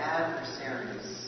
adversaries